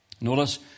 Notice